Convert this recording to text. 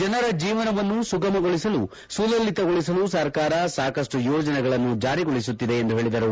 ಜನರ ಜೀವನವನ್ನು ಸುಗಮಗೊಳಿಸಲು ಸುಲಲಿತಗೊಳಿಸಲು ಸರ್ಕಾರ ಸಾಕಷ್ನು ಯೋಜನೆಗಳನ್ನು ಜಾರಿಗೊಳಿಸುತ್ತಿದೆ ಎಂದು ಹೇಳಿದರು